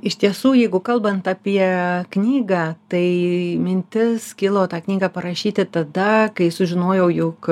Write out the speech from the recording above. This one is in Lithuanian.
iš tiesų jeigu kalbant apie knygą tai mintis kilo tą knygą parašyti tada kai sužinojau jog